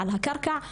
על הקרקע,